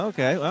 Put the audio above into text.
Okay